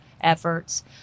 efforts